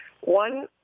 One